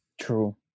true